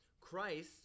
Christ